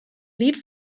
lied